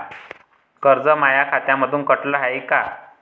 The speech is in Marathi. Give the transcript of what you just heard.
कर्ज माया खात्यामंधून कटलं हाय का?